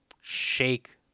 shake